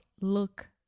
look